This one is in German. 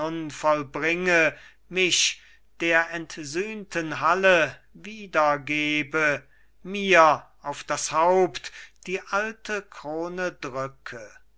mich der entsühnten halle wiedergebe mir auf das haupt die alte krone drücke